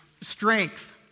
strength